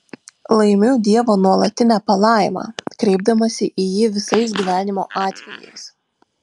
laimiu dievo nuolatinę palaimą kreipdamasi į jį visais gyvenimo atvejais